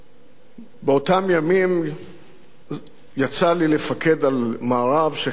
באותם ימים יצא לי לפקד על מארב שחיסל מחבלים,